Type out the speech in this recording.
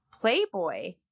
Playboy